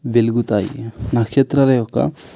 వెలుగుతాయి నక్షత్రాల యొక్క